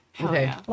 Okay